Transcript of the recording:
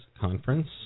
conference